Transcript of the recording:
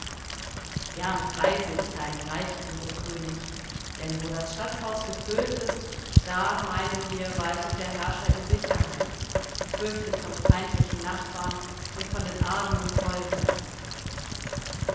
gern preise ich deinen reichtum o könig denn wo das schatzhaus gefüllt ist da meinen wir waltet der herrscher in sicherheit gefürchtet von feindlichen nachbarn und von den argen im volke